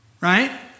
right